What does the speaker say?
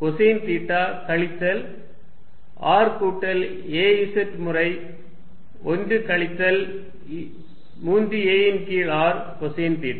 cosine theta கழித்தல் r கூட்டல் a z முறை 1 கழித்தல் 3 a ன் கீழ் r கொசைன் தீட்டா